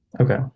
Okay